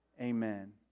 Amen